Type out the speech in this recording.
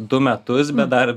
du metus bet dar